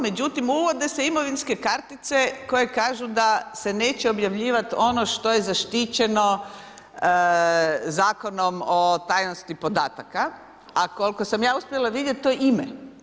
Međutim, uvode se imovinske kartice koje kaže da se neće objavljivati ono što je zaštićeno zakonom o tajnosti podataka, a koliko sam ja uspjela vidjeti, to je ime.